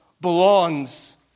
belongs